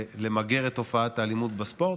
למגר את תופעת האלימות בספורט.